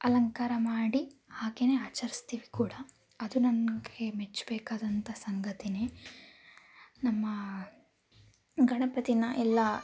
ಅಲಂಕಾರ ಮಾಡಿ ಹಾಗೆಯೇ ಆಚರಿಸ್ತೀವಿ ಕೂಡ ಅದು ನನಗೆ ಮೆಚ್ಚಬೇಕಾದಂಥ ಸಂಗತಿಯೇ ನಮ್ಮ ಗಣಪತಿನ ಎಲ್ಲ